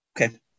Okay